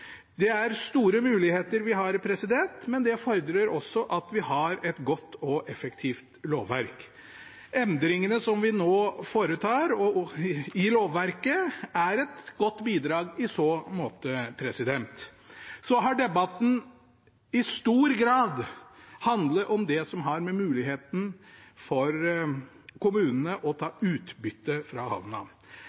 Det er store muligheter vi har, men det fordrer også at vi har et godt og effektivt lovverk. Endringene vi nå foretar i lovverket, er et godt bidrag i så måte. Debatten har i stor grad handlet om kommunenes mulighet til ta utbytte fra havna.